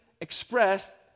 expressed